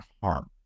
harm